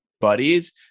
buddies